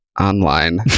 online